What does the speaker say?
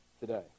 today